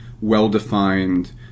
well-defined